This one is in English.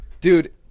Dude